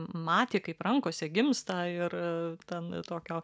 matė kaip rankose gimsta ir ten tokio